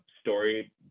story